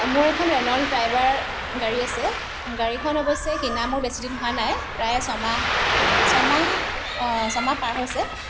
মোৰ এখ্ন Renault Triber গাড়ী আছে গাড়ীখন অৱশ্যে কিনা মোৰ বেছিদিন হোৱা নাই প্ৰায় ছমাহ ছমাহ ছমাহ পাৰ হৈছে